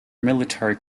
military